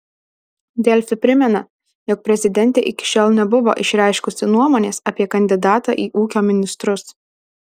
delfi primena jog prezidentė iki šiol nebuvo išreiškusi nuomonės apie kandidatą į ūkio ministrus